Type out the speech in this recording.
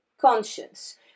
conscience